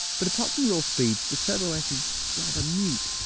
but apart form raw speed, the turbo s is rather mute.